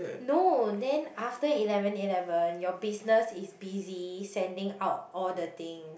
no then after eleven eleven your business is busy sending out all the things